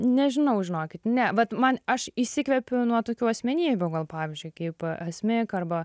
nežinau žinokit ne vat man aš įsikvepiu nuo tokių asmenybių gal pavyzdžiui kaip asmik arba